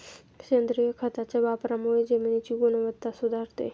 सेंद्रिय खताच्या वापरामुळे जमिनीची गुणवत्ता सुधारते